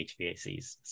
HVACs